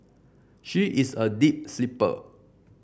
she is a deep sleeper